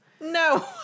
No